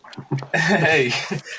Hey